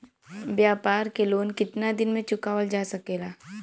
व्यापार के लोन कितना दिन मे चुकावल जा सकेला?